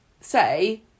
say